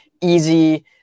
easy